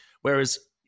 Whereas